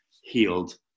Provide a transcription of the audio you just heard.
healed